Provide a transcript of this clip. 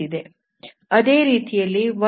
ಇದಕ್ಕೆ power series ಇದೆ